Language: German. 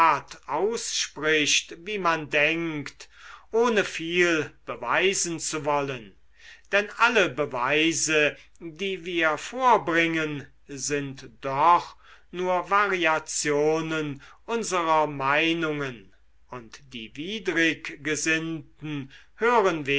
ausspricht wie man denkt ohne viel beweisen zu wollen denn alle beweise die wir vorbringen sind doch nur variationen unserer meinungen und die widriggesinnten hören